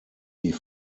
die